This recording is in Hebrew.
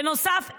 בנוסף,